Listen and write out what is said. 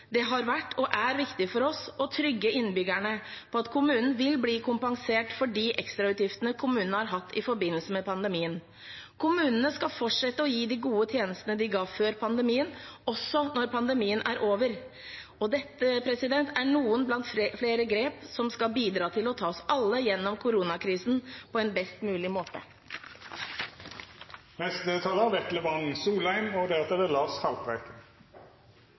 Det har vært og er viktig for oss å trygge innbyggerne på at kommunen vil bli kompensert for de ekstrautgiftene kommunen har hatt i forbindelse med pandemien. Kommunene skal fortsette å gi de gode tjenestene de ga før pandemien også når pandemien er over. Dette er noen blant flere grep som skal bidra til å ta oss alle gjennom koronakrisen på en best mulig måte. Grunnen til at jeg tar ordet selv etter en foreløpig ganske lang debatt, er